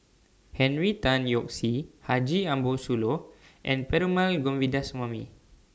Henry Tan Yoke See Haji Ambo Sooloh and Perumal Govindaswamy